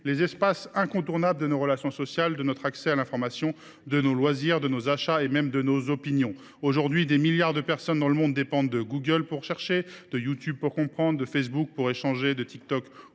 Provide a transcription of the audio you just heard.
les espaces incontournables de nos relations sociales, de notre accès à l’information, de nos loisirs, de nos achats et même de nos opinions. Aujourd’hui, des milliards de personnes dans le monde dépendent de Google pour chercher, de YouTube pour comprendre, de Facebook pour échanger, de TikTok